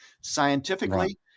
Scientifically